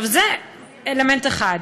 זה אלמנט אחד.